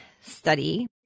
study